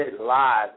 live